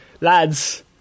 lads